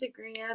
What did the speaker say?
Instagram